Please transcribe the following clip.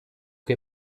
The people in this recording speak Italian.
che